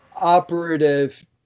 operative